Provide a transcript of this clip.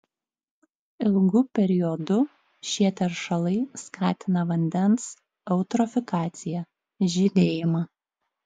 ilgu periodu šie teršalai skatina vandens eutrofikaciją žydėjimą